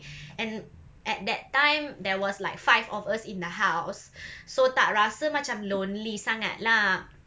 and at that time there was like five of us in the house so tak rasa macam lonely sangat lah